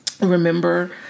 remember